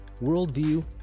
worldview